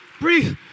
Breathe